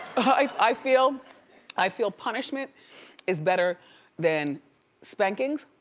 i feel i feel punishment is better than spankings,